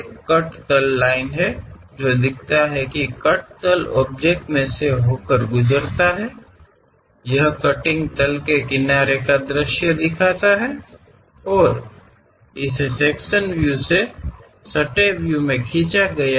यह एक कट तल लाइन है जो दिखाता है कि कट तल ऑब्जेक्ट मे कहा से होकर गुजरता है यह कटिंग तल के किनारे का दृश्य दिखाता है और इसे सेक्शन व्यू से सटे व्यू में खींचा गया है